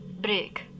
Break